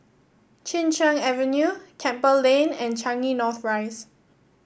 Chin Cheng Avenue Campbell Lane and Changi North Rise